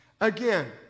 again